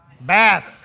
bass